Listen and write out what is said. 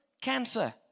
Cancer